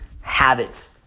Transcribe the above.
habits